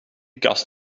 kast